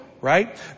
Right